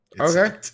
Okay